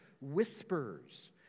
whispers